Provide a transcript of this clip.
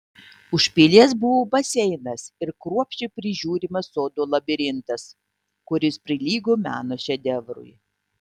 už pilies buvo baseinas ir kruopščiai prižiūrimas sodo labirintas kuris prilygo meno šedevrui